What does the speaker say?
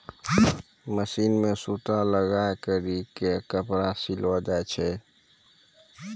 machine मे सूता लगाय करी के कपड़ा सिलो जाय छै